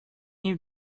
you